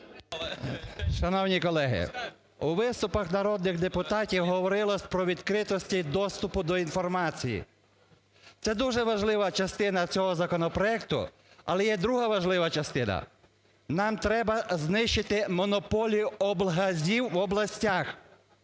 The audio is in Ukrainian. Шановні колеги, у виступах народних депутатів говорилось про відкритість і доступ до інформації. Це дуже важлива частина цього законопроекту. Але є друга важлива частина: нам треба знищити монополію облгазів в областях.